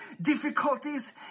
difficulties